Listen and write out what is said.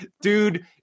dude